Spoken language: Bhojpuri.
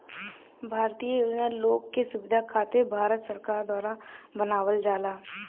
भारतीय योजना लोग के सुविधा खातिर भारत सरकार द्वारा बनावल जाला